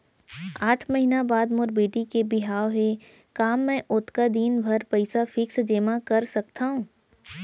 आठ महीना बाद मोर बेटी के बिहाव हे का मैं ओतका दिन भर पइसा फिक्स जेमा कर सकथव?